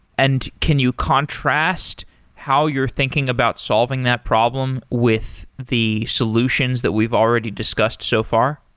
and can you contrast how you're thinking about solving that problem with the solutions that we've already discussed so far?